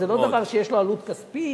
זה לא דבר שיש לו עלות כספית,